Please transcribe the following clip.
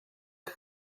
que